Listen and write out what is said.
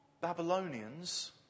Babylonians